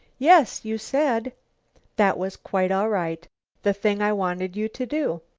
yes, you said that was quite all right the thing i wanted you to do.